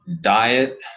diet